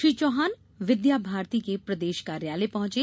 श्री चौहान विद्या भारती के प्रदेश कार्यालय पहंचे